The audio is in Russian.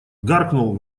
гаркнул